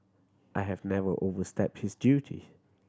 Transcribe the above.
I have never overstepped this duty